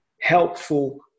helpful